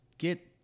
get